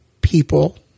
people